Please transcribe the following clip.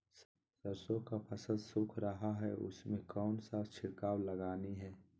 सरसो का फल सुख रहा है उसमें कौन सा छिड़काव लगानी है?